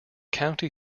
county